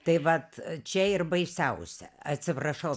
tai vat čia ir baisiausia atsiprašau